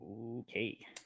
Okay